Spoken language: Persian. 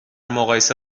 مقایسه